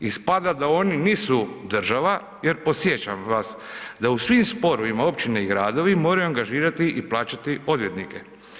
Ispada da oni nisu država jer podsjećam vas da u svim sporovima općine i gradovi, moraju angažirati i plaćati odvjetnike.